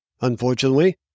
Unfortunately